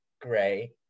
gray